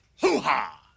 Hoo-ha